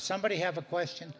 somebody have a question